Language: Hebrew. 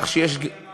ב-1,300 שקל.